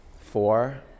Four